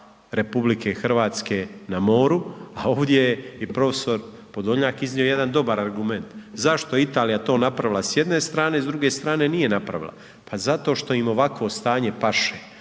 suverena prava RH na moru, a ovdje je i prof. Podolnjak iznio jedan dobar argument, zašto je Italija to napravila s jedne strane, s druge strane nije napravila? Pa zato što im ovakvo stanje paše,